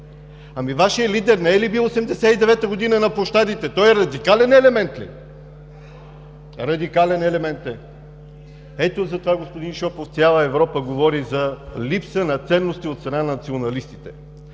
Ами, Вашият лидер, не е ли бил 1989 г. на площадите? Той радикален елемент ли е? Радикален елемент е. Ето затова, господин Шопов, цяла Европа говори за липса на ценности от страна на националистите,